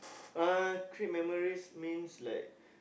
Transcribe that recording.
uh create memories means like